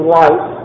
life